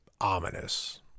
ominous